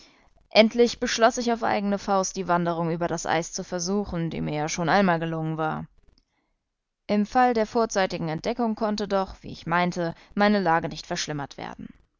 endlich beschloß ich auf eigene faust die wanderung über das eis zu versuchen die mir ja schon einmal gelungen war im fall der vorzeitigen entdeckung konnte doch wie ich meinte meine lage nicht verschlimmert werden